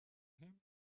him